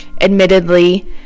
Admittedly